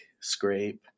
scrape